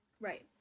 right